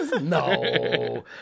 no